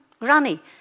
granny